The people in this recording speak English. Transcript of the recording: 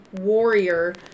warrior